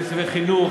של תקציבי החינוך,